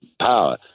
power